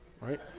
right